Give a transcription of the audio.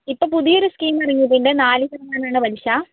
ഇപ്പോൾ പുതിയൊരു സ്കീം തുടങ്ങിയിട്ടുണ്ട് നാല് ശതമാനമാണ് പലിശ